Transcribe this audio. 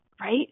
Right